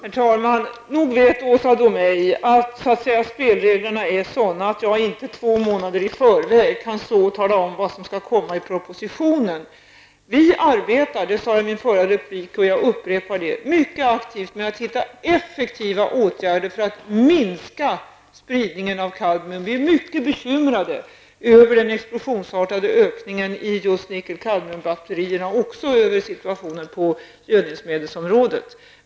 Herr talman! Åsa Domeij vet nog att spelreglerna är sådana att jag inte två månader i förväg kan stå och tala om vad som skall komma i propositionen. Regeringen arbetar -- vilket jag sade i mitt förra inlägg, och som jag nu upprepar -- mycket aktivt med att hitta effektiva åtgärder för att minska spridningen av kadmium. Vi är mycket bekymrade över den explosionsartade ökning av användningen av kadmium i nickel-kadmium-batterierna och också över situationen på gödningsmedelsområdet.